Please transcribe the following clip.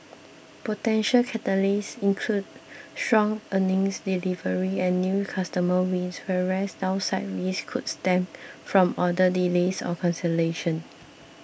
potential catalysts include stronger earnings delivery and new customer wins whereas downside risks could stem from order delays or cancellations